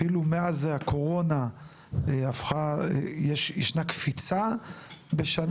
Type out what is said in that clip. אפילו מאז הקורונה ישנה קפיצה בשנה אחת.